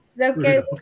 okay